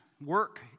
Work